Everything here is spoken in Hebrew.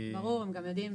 ברור, הם גם יודעים.